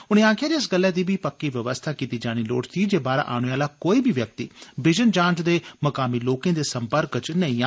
उन्ने आक्खेआ जे इस गल्लै दी बी पक्की व्यवस्था कीती जानी लोड़चदी जे बाहरा औने आला कोई बी व्यक्ति बिजन जांच दे मुकामी लोर्के दे सम्पर्क च नेई आ